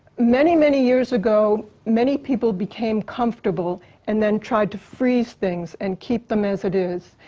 many, many years ago, many people became comfortable and then tried to freeze things and keep them as it is.